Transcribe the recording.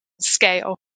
scale